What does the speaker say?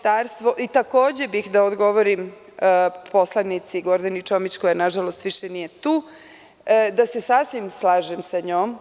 Takođe bih da odgovorim poslanici Gordani Čomić koja nažalost više nije tu da se sasvim slažem sa njom.